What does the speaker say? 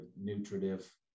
nutritive